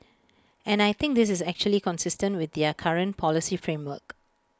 and I think this is actually consistent with their current policy framework